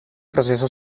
proceso